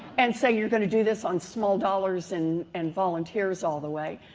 and say you're going to do this on small dollars and and volunteers all the way.